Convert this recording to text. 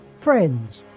friends